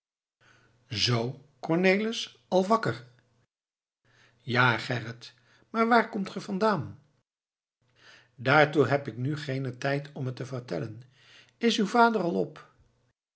zoo cornelis al wakker ja gerrit maar waar komt ge vandaan daartoe heb ik nu geenen tijd om het te vertellen is uw vader al op